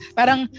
parang